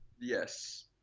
yes